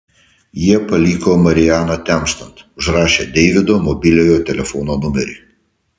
jie paliko marianą temstant užrašę deivido mobiliojo telefono numerį